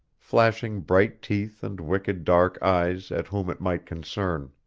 flashing bright teeth and wicked dark eyes at whom it might concern